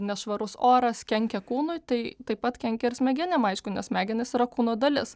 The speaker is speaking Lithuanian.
nešvarus oras kenkia kūnui tai taip pat kenkia ir smegenim aišku nes smegenys yra kūno dalis